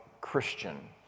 Christian